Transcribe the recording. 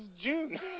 June